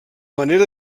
manera